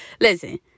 Listen